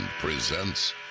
presents